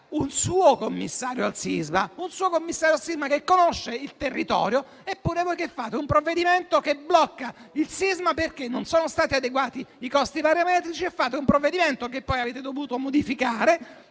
un suo commissario al sisma che conosce il territorio, eppure voi varate un provvedimento che attua un blocco perché non sono stati adeguati i costi parametrici e un altro provvedimento che poi avete dovuto modificare,